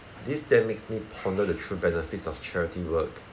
this then makes me ponder the true benefits of charity work